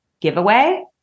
giveaway